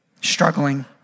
struggling